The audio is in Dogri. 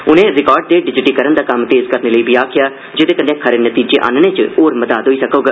उनें रिकार्ड दे डिजटलीकरन दा कम्म तेज करने लेई बी आक्खेआ जेहदे कन्नै खरे नतीजे आन्नने च होर मदाद होई सकग